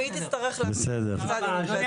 והיא תצטרך לקבל החלטה.